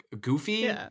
goofy